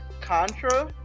Contra